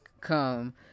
come